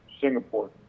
Singapore